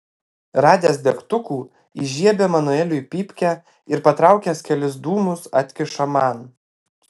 radęs degtukų įžiebia manueliui pypkę ir patraukęs kelis dūmus atkiša man